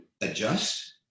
adjust